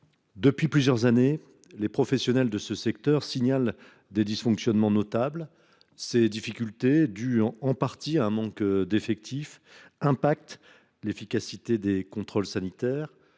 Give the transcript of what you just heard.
depuis plusieurs années, les professionnels du secteur signalent des dysfonctionnements notables. Ces difficultés, dues en partie à un manque d’effectifs, ont un impact sur l’efficacité des contrôles sanitaires,